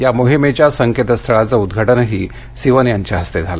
या मोहिमेच्या संकेतस्थळाचं उद्घाटनही सिवन यांच्या हस्ते झालं